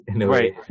right